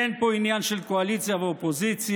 אין פה עניין של קואליציה ואופוזיציה.